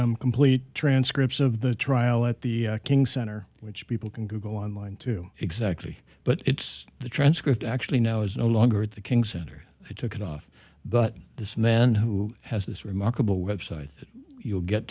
the complete transcripts of the trial at the king center which people can go online to exactly but it's the transcript actually now is no longer at the king center i took it off but this man who has this remarkable website you'll get